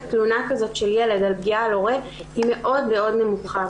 תלונה כזו של ילד על פגיעה של הורה היא מאוד-מאוד נמוכה.